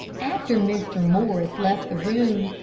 after mr. morris left the room,